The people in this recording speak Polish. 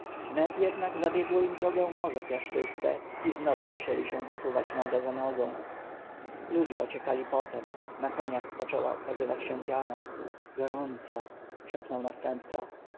wnet jednak zabiegło im drogę morze piaszczyste i znowu musieli posuwać się noga za nogą ludzie ociekali potem na koniach zaczęła ukazywać się piana gorąco szepnął następca